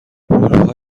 هلوها